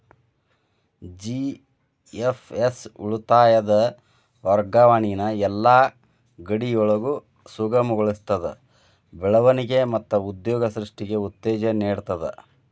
GFS ಉಳಿತಾಯದ್ ವರ್ಗಾವಣಿನ ಯೆಲ್ಲಾ ಗಡಿಯೊಳಗು ಸುಗಮಗೊಳಿಸ್ತದ, ಬೆಳವಣಿಗೆ ಮತ್ತ ಉದ್ಯೋಗ ಸೃಷ್ಟಿಗೆ ಉತ್ತೇಜನ ನೇಡ್ತದ